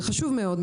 זה חשוב מאוד,